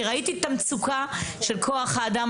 כי ראיתי את המצוקה של כוח האדם.